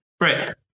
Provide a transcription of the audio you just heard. Right